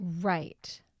Right